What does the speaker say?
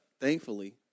thankfully